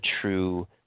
true